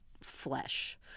flesh